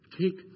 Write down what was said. Take